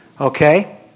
Okay